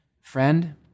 friend